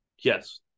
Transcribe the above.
Yes